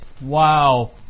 Wow